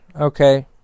Okay